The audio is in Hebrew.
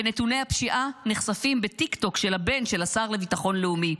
ונתוני הפשיעה נחשפים בטיקטוק של הבן של השר לביטחון לאומי.